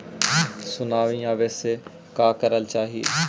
Tsunami आने से का करना चाहिए?